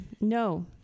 No